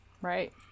Right